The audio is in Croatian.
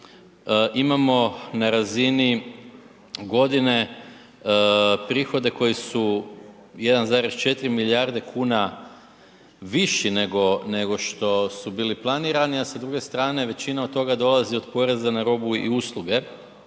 imamo na razini godine prihode koji su 1,4 milijarde kuna viši nego što su bili planirani, a sa druge strane većina od toga dolazi od poreza na robu i usluge